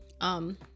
Um-